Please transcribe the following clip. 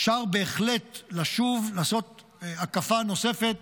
אפשר בהחלט לשוב, לעשות הקפה נוספת,